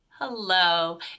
Hello